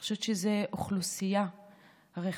אני חושבת שזו אוכלוסייה רחבה,